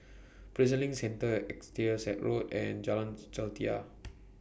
Prison LINK Centre Exeter Road and Jalan Jelita